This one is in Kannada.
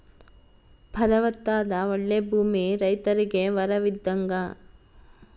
ಫಲವತ್ತಾದ ಓಳ್ಳೆ ಭೂಮಿ ರೈತರಿಗೆ ವರವಿದ್ದಂಗ